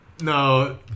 No